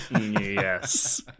Yes